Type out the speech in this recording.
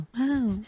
Wow